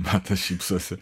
matas šypsosi